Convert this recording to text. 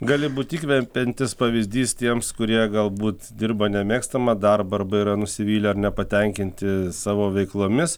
gali būt įkvepiantis pavyzdys tiems kurie galbūt dirba nemėgstamą darbą arba yra nusivylę ar nepatenkinti savo veiklomis